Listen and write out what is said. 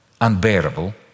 unbearable